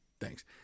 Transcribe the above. Thanks